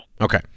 okay